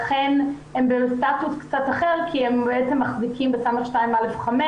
לכן הם בסטטוס קצת אחר כי הם בעצם מחזיקים בתמא (א)25.